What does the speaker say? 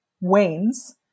wanes